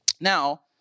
Now